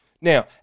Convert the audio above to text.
Now